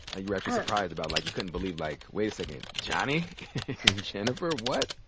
you were actually surprised about? like, you couldn't believe like, wait a second, johnny and jennifer, what?